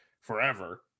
forever